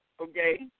okay